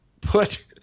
put